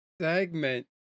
segment